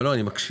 לא, אני מקשיב.